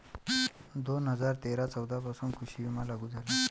दोन हजार तेरा चौदा पासून कृषी विमा लागू झाला